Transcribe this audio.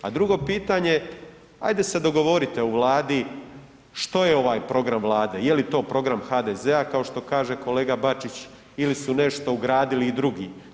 A drugo pitanje, ajde se dogovorite u Vladi što je ovaj program Vlade, jeli to program HDZ-a kao što kaže kolega Bačić ili su nešto ugradili i drugi?